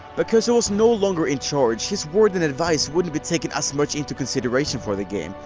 because he was no longer in charge, his word and advise wouldn't be taken as much in to consideration for the game,